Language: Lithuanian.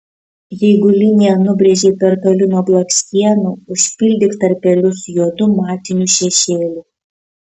jeigu liniją nubrėžei per toli nuo blakstienų užpildyk tarpelius juodu matiniu šešėliu